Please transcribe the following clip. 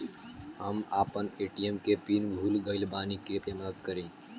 हम आपन ए.टी.एम के पीन भूल गइल बानी कृपया मदद करी